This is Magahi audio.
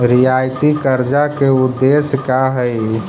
रियायती कर्जा के उदेश्य का हई?